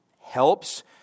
helps